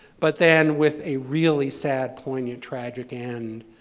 but then, with a really sad, poignant, tragic end,